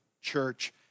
church